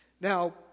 Now